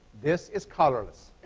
this is colorless.